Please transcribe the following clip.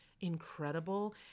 incredible